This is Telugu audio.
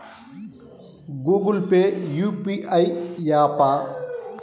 గూగుల్ పే యూ.పీ.ఐ య్యాపా?